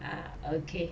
ah okay